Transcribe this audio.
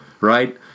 right